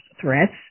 threats